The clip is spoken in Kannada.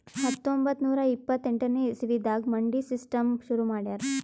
ಹತ್ತೊಂಬತ್ತ್ ನೂರಾ ಇಪ್ಪತ್ತೆಂಟನೇ ಇಸವಿದಾಗ್ ಮಂಡಿ ಸಿಸ್ಟಮ್ ಶುರು ಮಾಡ್ಯಾರ್